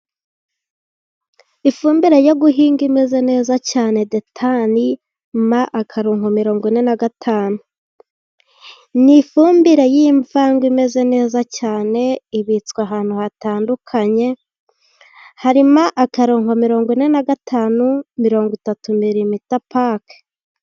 Ifumbire yo guhinga imeze neza cyane detane ma mirongo ine na gatanu. Ni ifumbire y'imvange imeze neza cyane ibittswe ahantu hatandukanye, harimo akarongo ma mirongo ine na gatanu mirimita pake.